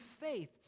faith